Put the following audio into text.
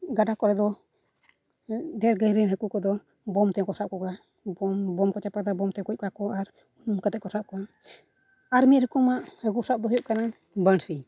ᱜᱟᱰᱟ ᱠᱚᱨᱮ ᱫᱚ ᱰᱷᱮᱨ ᱫᱤᱱ ᱨᱮᱱ ᱦᱟᱹᱠᱩ ᱠᱚᱫᱚ ᱵᱳᱢ ᱛᱮᱦᱚᱸ ᱠᱚ ᱥᱟᱵ ᱠᱚᱜᱮᱭᱟ ᱵᱳᱢ ᱵᱳᱢ ᱠᱚ ᱪᱟᱯᱟᱫᱟ ᱵᱳᱢ ᱛᱮ ᱠᱚ ᱜᱚᱡ ᱠᱚᱣᱟ ᱠᱚ ᱟᱨ ᱩᱱᱩᱢ ᱠᱟᱛᱮᱫ ᱠᱚ ᱥᱟᱵ ᱠᱚᱣᱟ ᱟᱨ ᱢᱤᱫ ᱨᱚᱠᱚᱢᱟᱜ ᱦᱟᱹᱠᱩ ᱥᱟᱵ ᱫᱚ ᱦᱩᱭᱩᱜ ᱠᱟᱱᱟ ᱵᱟᱹᱬᱥᱤ